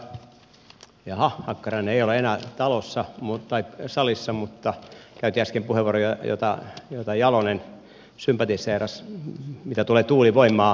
ensinnäkin edustaja hakkarainen jaaha ei ole enää salissa käytti äsken puheenvuoron jota jalonen sympatiseerasi mitä tulee tuulivoimaan